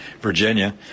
Virginia